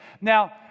Now